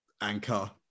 anchor